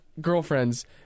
girlfriend's